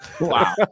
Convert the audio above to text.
Wow